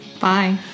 Bye